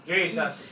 Jesus